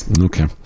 Okay